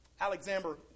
Alexander